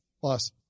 plus